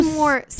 more